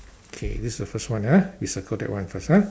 K this the first one ah we circle that one first ah